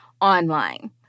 online